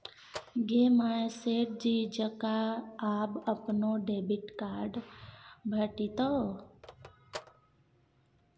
गे माय सेठ जी जकां आब अपनो डेबिट कार्ड भेटितौ